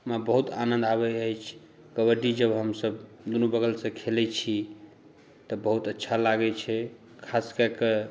मे बहुत आनन्द आबै अछि कबड्डी जब हमसभ दुनू बगलसँ खेलै छी तऽ बहुत अच्छा लागै छै खासकऽ कऽ